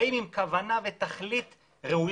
באים עם כוונה ותכלית ראויה,